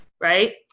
Right